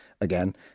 again